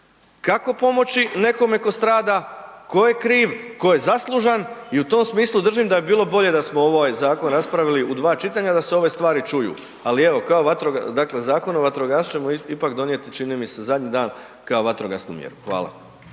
kako pomoć nekome tko strada, ko je kriv, ko zaslužan i u tom smislu držim da bi bilo bolje da smo ovaj zakon raspravili u dva čitanja da se ove stvari čuju ali evo dakle Zakon o vatrogastvu ćemo ipak donijeti čini mi se zadnji dan kao vatrogasnu mjeru. Hvala.